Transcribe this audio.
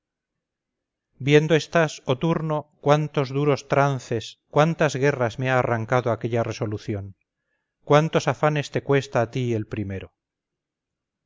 viendo estás oh turno cuántos duros trances cuántas guerras me ha arrancado aquella resolución cuántos afanes te cuesta a ti el primero